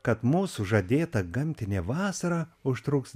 kad mūsų žadėta gamtinė vasara užtruks